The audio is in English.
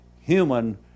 human